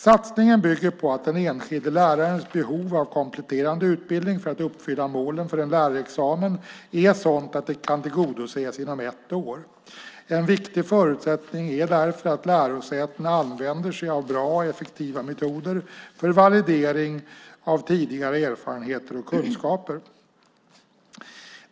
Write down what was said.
Satsningen bygger på att den enskilde lärarens behov av kompletterande utbildning för att uppfylla målen för en lärarexamen är sådant att det kan tillgodoses inom ett år. En viktig förutsättning är därför att lärosätena använder sig av bra och effektiva metoder för validering av tidigare erfarenheter och kunskaper.